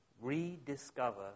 rediscover